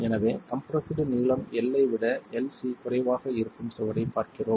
எனவே கம்ப்ரெஸ்டு நீளம் l ஐ விட lc குறைவாக இருக்கும் சுவரைப் பார்க்கிறோம்